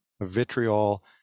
vitriol